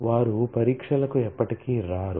వారు పరీక్షలకు ఎప్పటికీ రారు